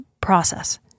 process